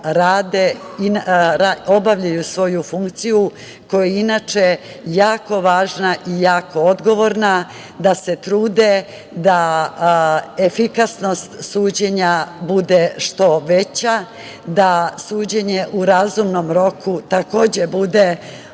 obavljaju svoju funkciju koja je inače jako važna i jako odgovorna, da se trude, da efikasnost suđenja bude što veća, da suđenje u razumnom roku takođe bude jedno